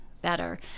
better